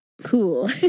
Cool